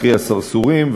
קרי הסרסורים,